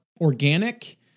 organic